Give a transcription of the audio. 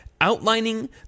outlining